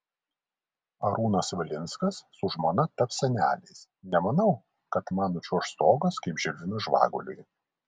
arūnas valinskas su žmona taps seneliais nemanau kad man nučiuoš stogas kaip žilvinui žvaguliui